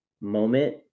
moment